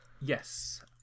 Yes